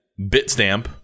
Bitstamp